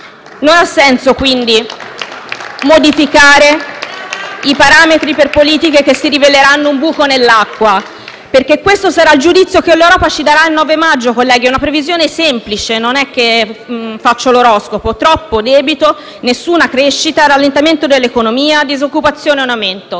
Non ha senso quindi modificare i parametri per politiche che si riveleranno un buco nell'acqua, perché questo sarà il giudizio che l'Europa ci darà il 9 maggio, colleghi; è una previsione semplice, non è che faccio l'oroscopo: troppo debito, nessuna crescita, rallentamento dell'economia, disoccupazione in aumento.